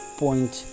point